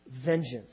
vengeance